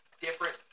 different